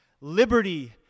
liberty